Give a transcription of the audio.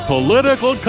Political